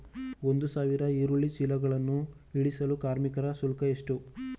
ಒಂದು ಸಾವಿರ ಈರುಳ್ಳಿ ಚೀಲಗಳನ್ನು ಇಳಿಸಲು ಕಾರ್ಮಿಕರ ಶುಲ್ಕ ಎಷ್ಟು?